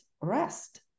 rest